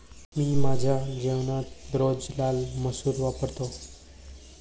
मी माझ्या जेवणात रोज लाल मसूर वापरतो